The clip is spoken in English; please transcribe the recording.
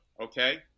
Okay